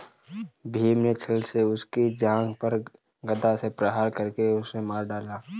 भीम ने छ्ल से उसकी जांघ पर गदा से प्रहार करके उसे मार डाला